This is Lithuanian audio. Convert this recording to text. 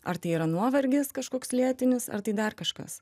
ar tai yra nuovargis kažkoks lėtinis ar tai dar kažkas